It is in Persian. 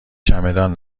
چمدان